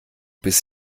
bis